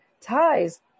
ties